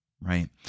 right